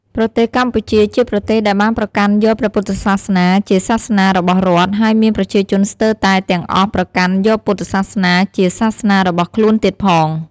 ប្រទេសកម្ពុជា ជាប្រទេសដែលបានប្រកាន់យកព្រះពុទ្ធសាសនាជាសាសនារបស់រដ្ឋ ហើយមានប្រជាជនស្ទើរតែទាំងអស់ប្រកាន់យកពុទ្ធសាសនាជាសាសនារបស់ខ្លួនទៀតផង។